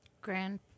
Grand